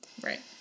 Right